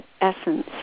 essence